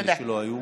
של אלה שלא היו.